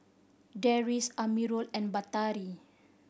Deris Amirul and Batari